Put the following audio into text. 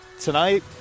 tonight